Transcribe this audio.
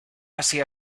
así